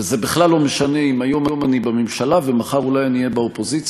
וזה בכלל לא משנה אם היום אני בממשלה ומחר אולי אני אהיה באופוזיציה,